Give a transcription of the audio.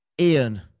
Ian